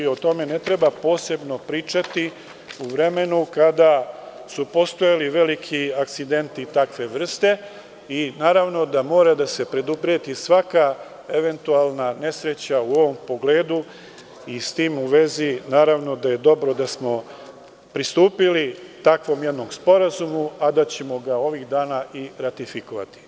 O tome ne treba posebno pričati, u vremenu kada su postojali veliki aksidenti takve vrste i naravno da mora da se predupredi svaka eventualna nesreća u ovom pogledu i s tim u vezi dobro je da smo pristupili takvom jednom sporazumu, koga ćemo ovih dana i ratifikovati.